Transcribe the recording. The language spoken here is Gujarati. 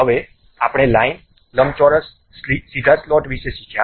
હવે આપણે લાઈન લંબચોરસ સીધા સ્લોટ્સ વિશે શીખ્યા